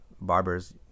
Barber's